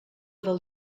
del